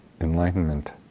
enlightenment